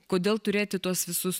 kodėl turėti tuos visus